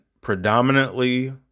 predominantly